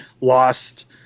lost